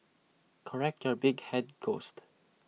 correct your big Head ghost